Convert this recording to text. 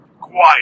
quiet